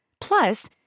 Plus